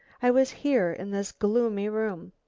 i was here in this gloomy room.